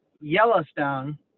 Yellowstone